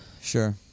sure